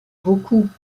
beaucoup